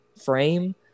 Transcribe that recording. frame